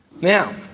Now